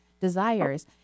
desires